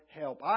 help